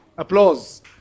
Applause